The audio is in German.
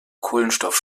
kohlenstoff